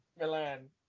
Milan